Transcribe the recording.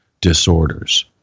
disorders